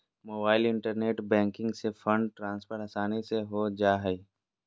mobile internet banking से fund transfer आसानी से हो जा हइ